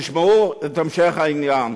תשמעו את המשך העניין,